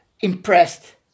impressed